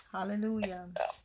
Hallelujah